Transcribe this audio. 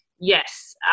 yes